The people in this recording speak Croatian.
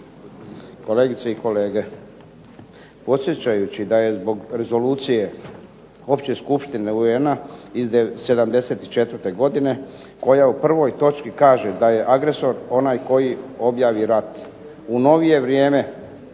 Kolegice i kolege. Podsjećajući da je zbog Rezolucije Opće skupštine UN-a iz '74. godine koja u prvoj točki kaže da je agresor onaj koji objavi rat. U novije vrijeme